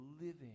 living